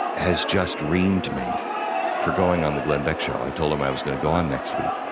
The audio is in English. has just reamed me for going on the glenn beck show. i told him i was gonna go on next week.